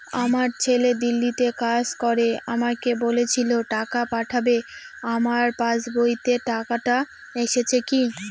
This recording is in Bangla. আমার ছেলে দিল্লীতে কাজ করে আমাকে বলেছিল টাকা পাঠাবে আমার পাসবইতে টাকাটা এসেছে কি?